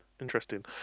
interesting